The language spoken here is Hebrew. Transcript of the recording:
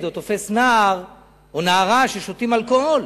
או תופס נער או נערה ששותים אלכוהול.